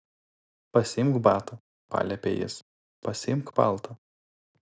pasiimk batą paliepė jis pasiimk paltą